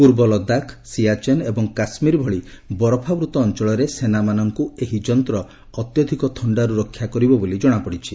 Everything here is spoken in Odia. ପୂର୍ବ ଲଦାଖସିଆଚେନ୍ ଏବଂ କାଶ୍ୱୀର ଭଳି ବରଫାବୂତ ଅଞ୍ଚଳରେ ସେନାମାନଙ୍କୁ ଏହି ଯନ୍ତ୍ର ଅତ୍ୟଧିକ ଥଶ୍ଚାରୁ ରକ୍ଷା କରିବ ବୋଲି ଜଣାପଡିଛି